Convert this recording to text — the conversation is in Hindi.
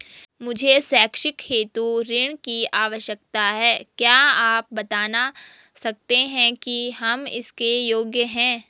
मुझे शैक्षिक हेतु ऋण की आवश्यकता है क्या आप बताना सकते हैं कि हम इसके योग्य हैं?